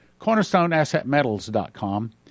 Cornerstoneassetmetals.com